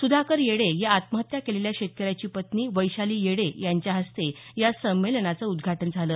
सुधाकर येडे या आत्महत्या केलेल्या शेतकऱ्याची पत्नी वैशाली येडे यांच्या हस्ते या संमेलनाचं उद्घाटन झालं